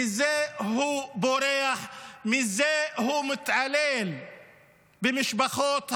מזה הוא בורח, על זה הוא מתעלל במשפחות החטופים.